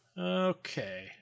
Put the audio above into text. Okay